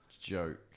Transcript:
joke